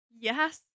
Yes